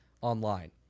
online